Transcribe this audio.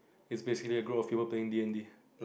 is basically a group of people playing D-and-D